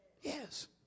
yes